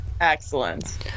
Excellent